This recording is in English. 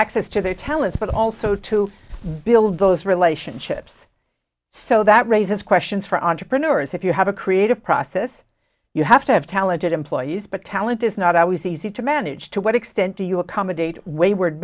access to their talents but also to build those relationships so that raises questions for entrepreneurs if you have a creative process you have to have talented employees but talent is not always easy to manage to what extent do you accommodate wayward